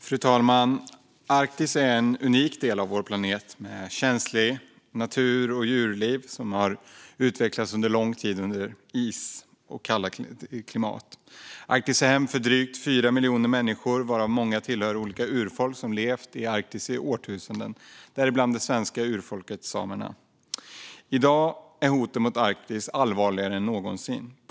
Fru talman! Arktis är en unik del av vår planet, med ett känsligt natur och djurliv som har utvecklats över lång tid under is och i ett kallt klimat. Arktis är hem åt drygt 4 miljoner människor, varav många tillhör olika urfolk som har levt i Arktis i årtusenden - däribland det svenska urfolket samerna. I dag är hoten mot Arktis allvarligare än någonsin tidigare.